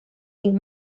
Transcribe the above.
ning